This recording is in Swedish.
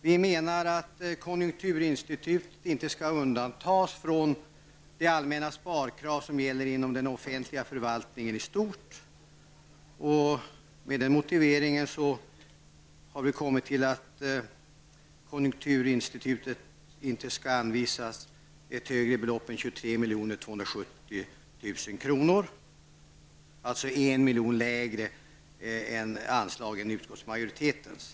Vi anser att konjunkturinstitutet inte skall undantas från de allmänna sparkrav som gäller inom den offentliga förvaltningen i stort. Med den motiveringen har vi kommit fram till att konjunkturinstitutet inte skall anvisas ett högre belopp än 23 270 000 kr., dvs. 1 milj.kr. mindre än vad utskottsmajoriteten föreslår.